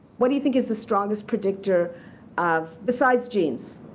what do you think is the strongest predictor of, besides genes.